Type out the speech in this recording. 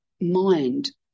mind